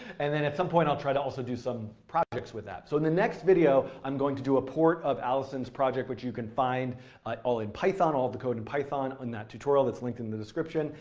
and then at some point i'll try to also, do some projects with that. so in the next video i'm going to do a port of allison's project which you can find all in python, all of the code in python on that tutorial that's linked in the description.